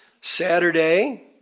Saturday